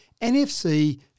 NFC